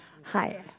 Hi